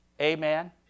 Amen